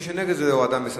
מי שנגד, להסיר מסדר-היום.